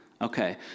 Okay